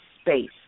space